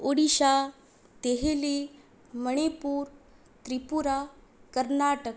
Odisha Delhi Manipur Tripura Karnataka